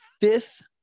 fifth